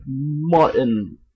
Martin